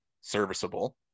serviceable